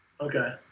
Okay